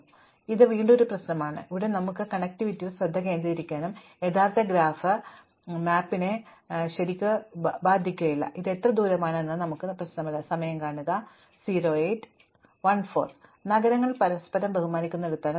അതിനാൽ ഇത് വീണ്ടും ഒരു പ്രശ്നമാണ് അവിടെ നമുക്ക് കണക്റ്റിവിറ്റിയിൽ ശ്രദ്ധ കേന്ദ്രീകരിക്കാനും യഥാർത്ഥ ഗ്രാഫ് വലിച്ചെറിയാനും കഴിയും ഇത് യഥാർത്ഥ മാപ്പിനെ ഞങ്ങൾക്ക് ശരിക്കും ബാധകമാക്കുന്നില്ല ഇത് എത്ര ദൂരെയാണ് എന്നത് ഞങ്ങൾക്ക് പ്രശ്നമല്ല സമയം കാണുക 08 റഫർ ചെയ്യുക 14 നഗരങ്ങൾ പരസ്പരം ബഹുമാനിക്കുന്നിടത്താണ്